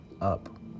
up